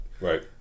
right